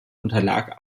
unterlag